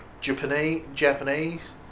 Japanese